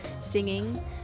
singing